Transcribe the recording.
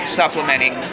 supplementing